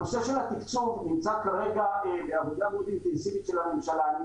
הנושא של התקצוב נמצא כרגע בעבודה מאוד אינטנסיבית של הממשלה.